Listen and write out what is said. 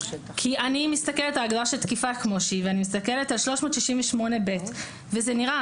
אני מסתכלת על תקיפה כמו שהיא ואני מסתכלת על 368ב וזה נראה